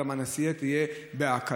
אלא גם הנסיעה תהיה בהקלה.